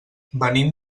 venim